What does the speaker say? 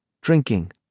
drinking